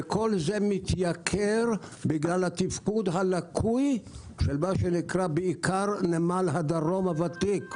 וכל זה מתייקר בגלל התפקוד הלקוי של מה שנקרא בעיקר נמל הדרום הוותיק.